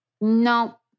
No